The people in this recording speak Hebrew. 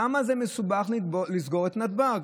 כמה זה מסובך לסגור את נתב"ג.